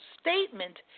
statement